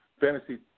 fantasy